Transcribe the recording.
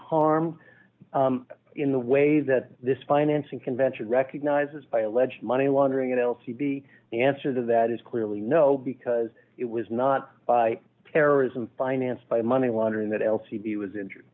harmed in the way that this financing convention recognizes by alleged money laundering n l c b the answer to that is clearly no because it was not terrorism financed by money laundering that l c d was injured